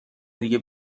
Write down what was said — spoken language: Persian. دیگه